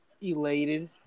Elated